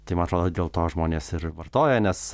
tai man atrodo dėl to žmonės ir vartoja nes